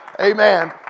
Amen